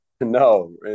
No